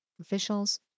officials